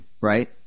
right